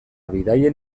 bidaien